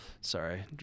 Sorry